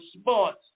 Sports